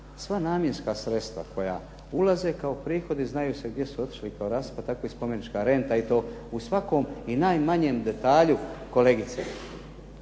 sva namjenska sredstva koja ulaze kao prihodi znaju se gdje su otišli kao rashod, a tako i spomenička renta i to u svakom i najmanjem detalju kolegice.